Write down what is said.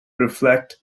reflect